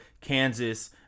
Kansas